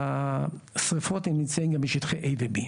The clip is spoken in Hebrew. היושב-ראש, השרפות נמצאים בשטחי A ו-B,